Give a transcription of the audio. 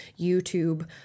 YouTube